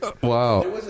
Wow